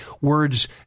words